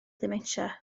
dementia